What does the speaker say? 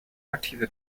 aktive